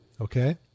okay